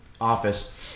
office